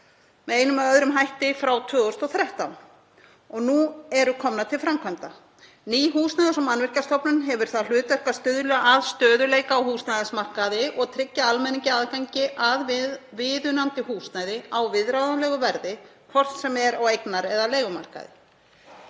með einum eða öðrum hætti frá 2013 og nú eru komnar til framkvæmda. Ný Húsnæðis- og mannvirkjastofnun hefur það hlutverk að stuðla að stöðugleika á húsnæðismarkaði og tryggja almenningi aðgengi að viðunandi húsnæði á viðráðanlegu verði, hvort sem er á eignar- eða leigumarkaði.